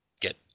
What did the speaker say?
get